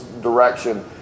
direction